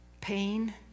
Pain